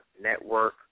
network